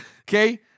okay